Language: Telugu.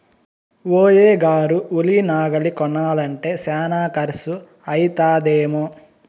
ఏ.ఓ గారు ఉలి నాగలి కొనాలంటే శానా కర్సు అయితదేమో